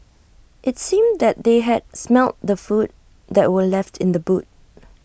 IT seemed that they had smelt the food that were left in the boot